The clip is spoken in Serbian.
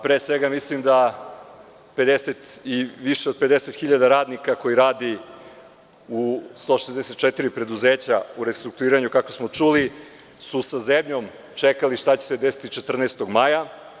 Pre svega, mislim da je više od 50.000 radnika koji rade u 164 preduzeća u restrukturiranju, kako smo čuli, sa zebnjom čekalo šta će se desiti 14. maja.